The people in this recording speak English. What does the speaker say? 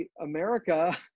America